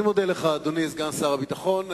אני מודה לך, אדוני סגן שר הביטחון.